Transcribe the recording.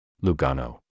Lugano